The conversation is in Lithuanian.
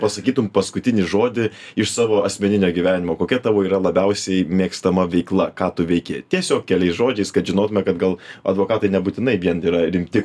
pasakytum paskutinį žodį iš savo asmeninio gyvenimo kokia tavo yra labiausiai mėgstama veikla ką tu veiki tiesiog keliais žodžiais kad žinotumėme kad gal advokatai nebūtinai vien yra rimti